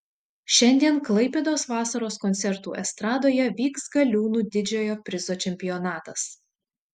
šiandien klaipėdos vasaros koncertų estradoje vyks galiūnų didžiojo prizo čempionatas